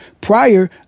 prior